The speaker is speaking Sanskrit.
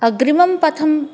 अग्रिमं पथम्